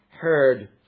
heard